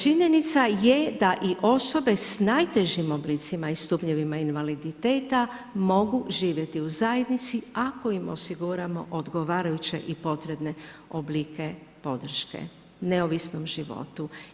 Činjenica je da i osobe s najtežim oblicima i stupnjeva invaliditeta mogu živjeti u zajednici ako im osiguramo odgovarajuće i potrebne oblike podrške neovisnom životu.